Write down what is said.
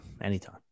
anytime